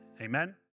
Amen